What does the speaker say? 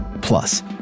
Plus